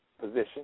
position